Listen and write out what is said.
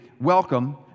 welcome